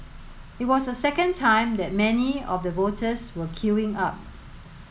it was the second time that many of the voters were queuing up